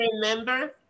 remember